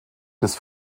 des